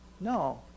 No